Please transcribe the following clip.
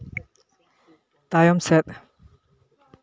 ᱛᱟᱭᱚᱢ ᱥᱮᱫ